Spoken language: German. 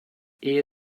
ehe